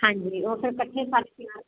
ਹਾਂਜੀ ਉਹ ਫਿਰ ਕੱਠੇ